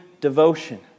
devotion